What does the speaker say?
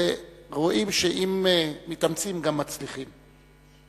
ורואים שאם מתאמצים גם מצליחים.